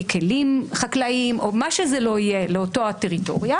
כלים חקלאיים או מה שזה לא יהיה לאותה הטריטוריה,